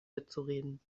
mitzureden